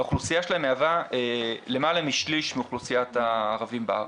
האוכלוסייה שלהם מהווה למעלה משליש מאוכלוסיית הערבים בארץ.